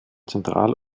zentral